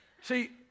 See